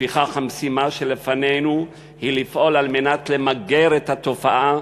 לפיכך המשימה שלפנינו היא לפעול כדי למגר את התופעה